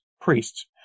priests